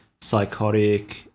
psychotic